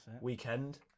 weekend